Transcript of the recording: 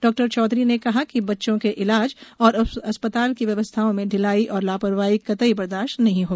डॉ चौधरी ने कहा कि बच्चों के इलाज और अस्पताल की व्यवस्थाओं में ढिलाई और लापरवाही कतई बर्दाश्त नहीं होगी